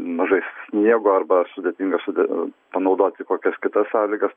mažai sniego arba sudėtingas ir panaudoti kokias kitas sąlygas